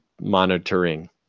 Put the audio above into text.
monitoring